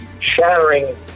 shattering